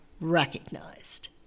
recognized